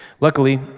Luckily